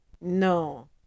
No